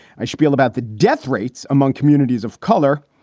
i spiel about the death rates among communities of color,